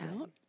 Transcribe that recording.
out